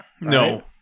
No